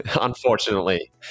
unfortunately